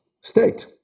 state